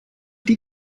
die